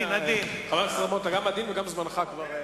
חבר הכנסת רמון, אתה גם עדין, וגם זמנך פג.